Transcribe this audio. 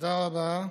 תודה רבה.